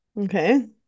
Okay